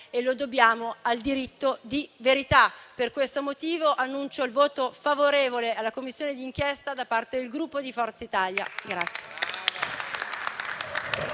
e lo dobbiamo al diritto di verità. Per questo motivo annuncio il voto favorevole alla Commissione d'inchiesta da parte del Gruppo Forza Italia.